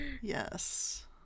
Yes